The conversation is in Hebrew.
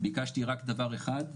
ביקשתי רק דבר אחד,